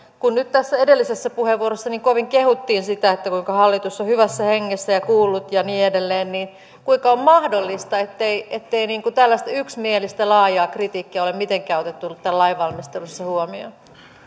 kun edellisessä puheenvuorossa niin kovin kehuttiin sitä kuinka hallitus on hyvässä hengessä kuullut ja niin edelleen kuinka on mahdollista ettei tällaista yksimielistä laajaa kritiikkiä ole mitenkään otettu tämän lain valmistelussa huomioon